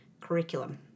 curriculum